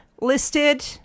listed